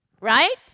Right